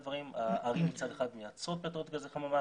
ערים מצד אחד מייצרות פליטות גזי חממה,